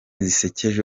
zisekeje